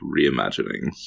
reimaginings